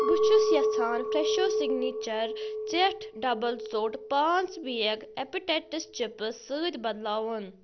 بہٕ چھُس یژھان فرٛٮ۪شو سِگنیچر ژٮ۪ٹھ ڈبل ژوٹ پانٛژ بیگ اٮ۪پِِٹیٚٹس چپس سۭتۍ بدلاوُن